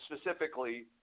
specifically